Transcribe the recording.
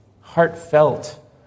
heartfelt